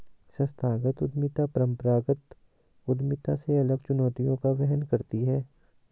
संस्थागत उद्यमिता परंपरागत उद्यमिता से अलग चुनौतियों का वहन करती है